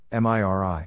MIRI